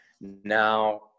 Now